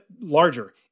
larger